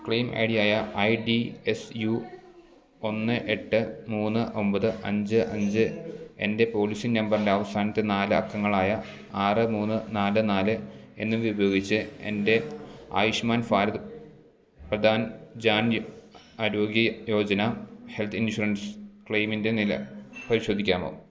claim I D ആയ I D S U ഒന്ന് എട്ട് മൂന്ന് ഒമ്പത് അഞ്ച് അഞ്ച് എൻറ്റെ പോളിസി നമ്പറിന്റെ അവസാനത്തെ നാലക്കങ്ങളായ ആറ് മൂന്ന് നാല് നാല് എന്നിവയുപയോഗിച്ച് എൻറ്റെ ആയുഷ്മാൻ ഭാരത് പ്രധാൻ ജൻ ആരോഗ്യ യോജന ഹെൽത്ത് ഇൻഷുറൻസ് ക്ലെയിമിൻറ്റെ നില പരിശോധിക്കാമോ